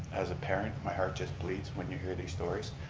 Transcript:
as a parent, my heart just bleeds when you hear these stories.